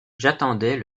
j’attendais